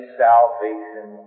salvation